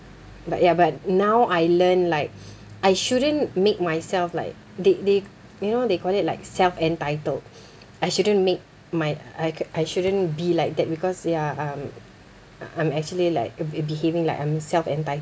but ya but now I learn like I shouldn't make myself like the~ they you know they call it like self-entitled I shouldn't make my I I shouldn't be like that because ya um I'm actually like be~ behaving like I'm self-entitled